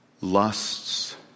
Lusts